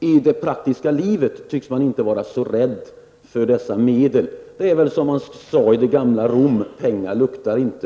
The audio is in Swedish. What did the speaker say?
I det praktiska livet tycks man alltså inte vara så rädd för dessa medel. Det är väl som man sade i det gamla Rom: Pengar luktar inte.